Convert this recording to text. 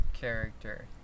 character